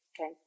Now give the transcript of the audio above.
Okay